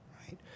right